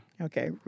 Okay